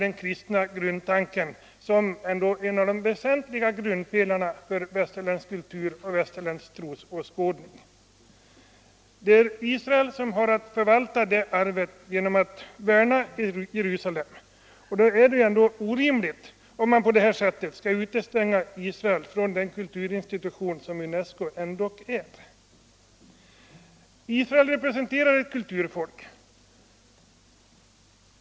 Den kristna grundtanken är en av de viktigaste pelarna för västerländsk kultur och trosåskådning. Det är Israel som har att förvalta det arvet genom att värna om Jerusalem, och då är det orimligt att utestänga Israel från den kulturinstitution som UNESCO ju ändå är. Israel är ett kulturfolk.